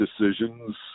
decisions